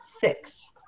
Six